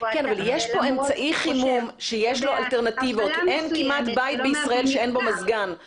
--- ולמרות זאת הוא חושב שבהפעלה מסוימת זה לא מהווה מפגע.